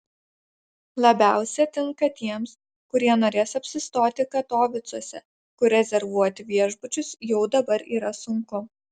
labiausia tinka tiems kurie norės apsistoti katovicuose kur rezervuoti viešbučius jau dabar yra sunku